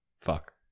fuck